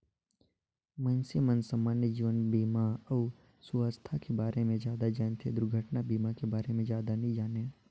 मइनसे मन समान्य जीवन बीमा अउ सुवास्थ के बारे मे जादा जानथें, दुरघटना बीमा के बारे मे जादा नी जानें